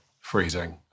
freezing